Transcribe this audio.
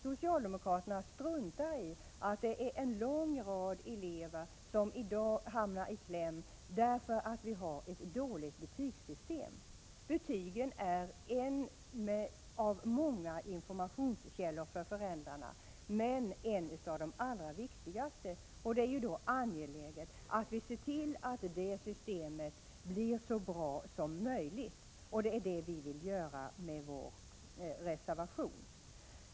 Socialdemokraterna struntar i att en lång rad elever i dag hamnar i kläm därför att vi har ett dolt betygssystem. Betygen är en av många informationskällor till föräldrarna, men en av de allra viktigaste. Då är det angeläget att vi ser till att betygssystemet blir så bra som möjligt. Det vill vi göra med vår reservation.